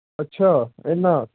ਅੱਛਾ ਇੰਨਾਂ